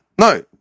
No